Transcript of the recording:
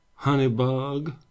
Honeybug